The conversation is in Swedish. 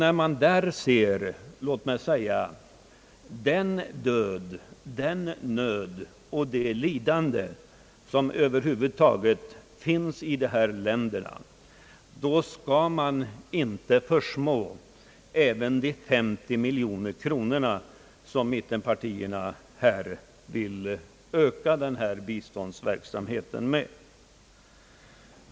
När man ser den död, den nöd och det lidande som finns i u-länderna, då skall man inte försmå ens de 50 miljoner kronor med vilka mittenpartierna här vill öka biståndsverksamheten.